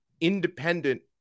independent